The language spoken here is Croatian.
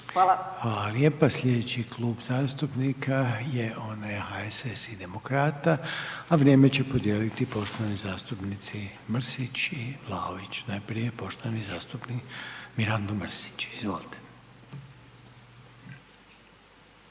Hvala lijepa. Sljedeći Klub zastupnika je onaj HSS i Demokrata, a vrijeme će podijeliti poštovani zastupnici Mrsić i Vlaović. Najprije poštovani zastupnik Mirando Mrsić. Izvolite.